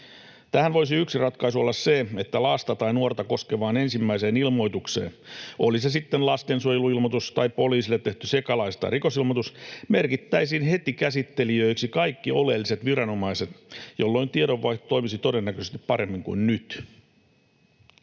Tähän voisi yksi ratkaisu olla, että lasta tai nuorta koskevaan ensimmäiseen ilmoitukseen, oli se sitten lastensuojeluilmoitus tai poliisille tehty sekalais- tai rikosilmoitus, merkittäisiin heti käsittelijöiksi kaikki oleelliset viranomaiset, jolloin tiedonvaihto toimisi todennäköisesti paremmin kuin nyt.